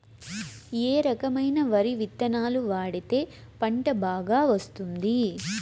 ఏ రకమైన వరి విత్తనాలు వాడితే పంట బాగా వస్తుంది?